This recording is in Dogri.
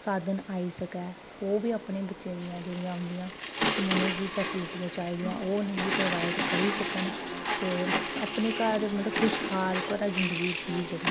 आई सकै ओह् बी बच्चे गी जेह्ड़ियां उं'दियां उ'नेंगी फैसिलिटियां चाह्दियां ओह् उ'नेंगी प्रोवाइड करी सकन ते घर मतलब खुशहाल भरी जिंदगी जी सकन